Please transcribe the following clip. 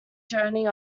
journey